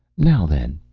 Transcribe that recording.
now then,